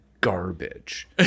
garbage